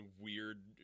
weird